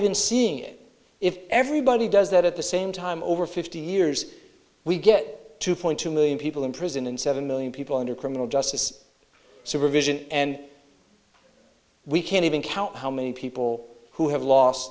even seeing it if everybody does that at the same time over fifty years we get two point two million people in prison and seven million people under criminal justice supervision and we can't even count how many people who have lost